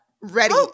ready